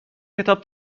کتاب